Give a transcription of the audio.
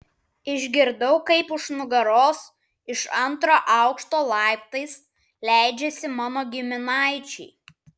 išgirdau kaip už nugaros iš antro aukšto laiptais leidžiasi mano giminaičiai